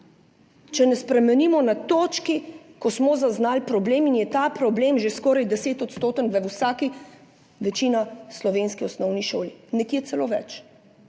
če ne spremenimo na točki, ko smo zaznali problem. In je ta problem že skoraj 10-odstoten v večini slovenski osnovni šoli, nekje celo več.